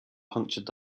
punctured